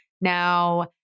Now